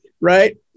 Right